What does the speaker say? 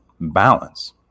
balance